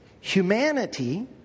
humanity